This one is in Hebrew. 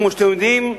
כמו שאתם יודעים,